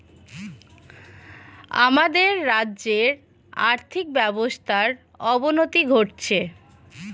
আমাদের রাজ্যের আর্থিক ব্যবস্থার অবনতি ঘটছে